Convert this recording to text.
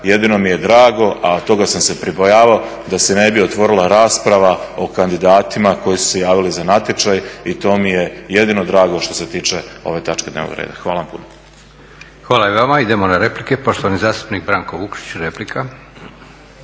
Jedino mi je drago, a toga sam se pribojavao, da se ne bi otvorila rasprava o kandidatima koji su se javili za natječaj i to mi je jedino drago što se tiče ove točke dnevnog reda. Hvala vam puno. **Leko, Josip (SDP)** Hvala i vama. Idemo na replike. Poštovani zastupnik Branko Vukšić, replika.